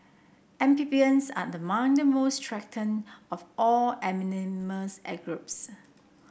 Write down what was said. amphibians are among the most threatened of all groups